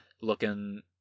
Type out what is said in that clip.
looking